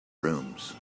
rooms